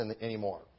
anymore